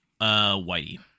Whitey